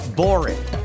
boring